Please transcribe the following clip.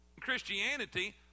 Christianity